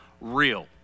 real